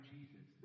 Jesus